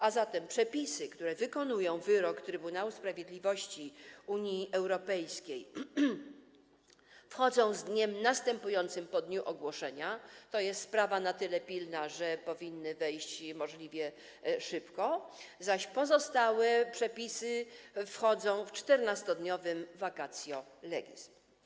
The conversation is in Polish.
A zatem przepisy, które wykonują wyrok Trybunału Sprawiedliwości Unii Europejskiej, wchodzą z dniem następującym po dniu ogłoszenia - sprawa jest na tyle pilna, że powinny wejść możliwie szybko - zaś pozostałe przepisy wchodzą po 14-dniowym vacatio legis.